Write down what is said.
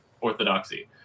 orthodoxy